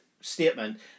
statement